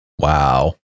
Wow